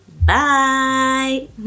bye